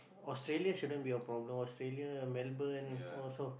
Australia shouldn't be a problem Australia Melbourne also